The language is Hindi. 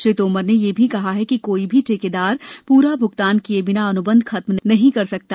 श्री तोमर ने यह भी कहा कि कोई भी ठेकेदार पूरा भ्गतान किए बिना अन्बंध खत्म नहीं सकता